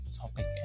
topic